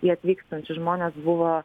į atvykstančius žmones buvo